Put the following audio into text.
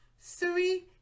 three